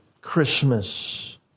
Christmas